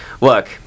look